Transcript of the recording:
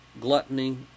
gluttony